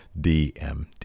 DMD